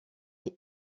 est